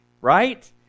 Right